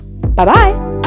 Bye-bye